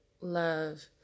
love